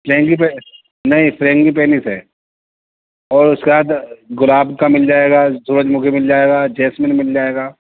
فرنگی نہیں frangipanis ہے اور اس کے بعد گلاب کا مل جائے گا سورج مکھی مل جائے گا جیسمین مل جائے گا